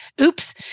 Oops